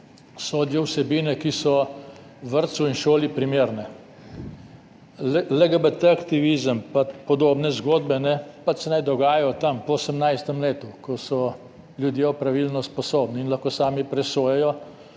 sodijo vsebine, ki so vrtcu in šoli primerne. LGBT aktivizem pa podobne zgodbe, pa se naj dogajajo tam po 18. letu, ko so ljudje opravilno sposobni in lahko sami presojajo